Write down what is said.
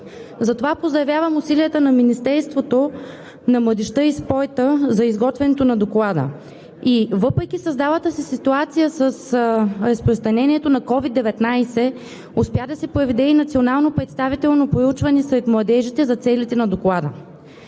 Затова поздравявам усилията на Министерството на младежта и спорта за изготвянето на Доклада и въпреки създалата се ситуация с разпространението на COVID-19 успя да се проведе и национално представително проучване сред младежите за целите на Доклада.